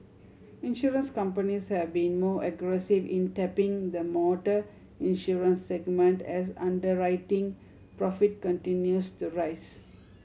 insurance companies have been more aggressive in tapping the motor insurance segment as underwriting profit continues to rise